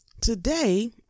today